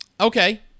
Okay